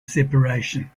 separation